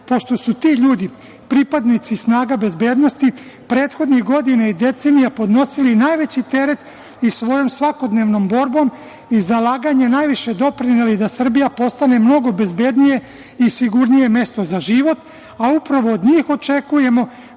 pošto su ti ljudi pripadnici snaga bezbednosti prethodnih godina i decenija podnosili najveći teret i svojom svakodnevnom borbom i zalaganjem najviše doprineli da Srbija postane mnogo bezbednije i sigurnije mesto za život. Upravo od njih očekujemo